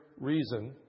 reason